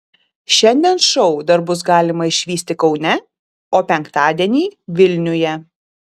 šiandien šou dar bus galima išvysti kaune o penktadienį vilniuje